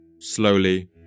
slowly